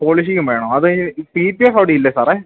പോളിിക്കും വേണണം അത്ഈ പിപഎഫർോഡ ഇല്ല സാറേ